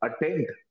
attend